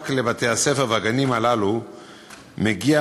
שמסופק לבתי-הספר ולגנים הללו מגיע